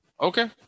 Okay